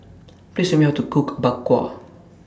Please Tell Me How to Cook Bak Kwa